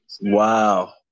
Wow